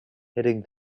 hitting